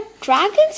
dragons